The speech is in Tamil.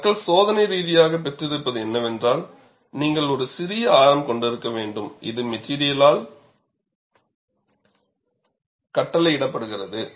ஆனால் மக்கள் சோதனை ரீதியாகப் பெற்றிருப்பது என்னவென்றால் நீங்கள் ஒரு சிறிய ஆரம் கொண்டிருக்க வேண்டும் இது மெட்டிரியலால் கட்டளையிடப்படுகிறது